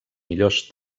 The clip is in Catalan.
millors